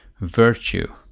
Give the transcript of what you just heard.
virtue